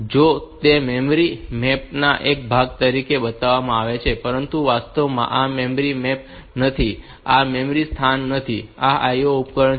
જો કે તે મેમરી મેપ ના એક ભાગ તરીકે બતાવવામાં આવે છે પરંતુ વાસ્તવમાં આ મેમરી મેપ નથી આ મેમરી સ્થાન નથી આ IO ઉપકરણ છે